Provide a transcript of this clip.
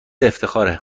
افتخاره